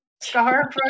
Scar